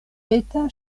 eta